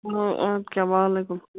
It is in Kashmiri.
اَدٕ کیٛاہ وعلیکُم